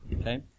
Okay